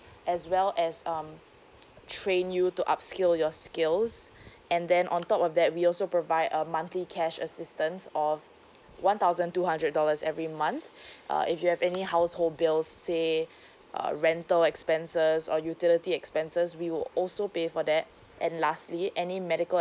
as well as um train you to upscale your skills and then on top of that we also provide a monthly cash assistance of one thousand two hundred dollars every month uh if you have any household bills say uh rental expenses or utility expenses we will also pay for that and lastly any medical